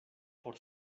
por